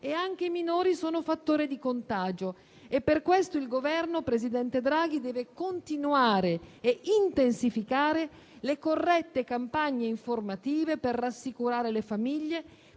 e anche i minori sono fattore di contagio. Per questo, presidente Draghi, il Governo deve continuare e intensificare le corrette campagne informative per rassicurare le famiglie,